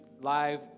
live